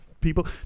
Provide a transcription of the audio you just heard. people